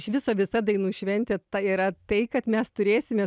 iš viso visa dainų šventė tai yra tai kad mes turėsime